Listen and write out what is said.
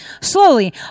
slowly